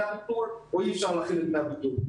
הביטול או אי אפשר להחיל את דמי הביטול.